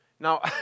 Now